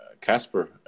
Casper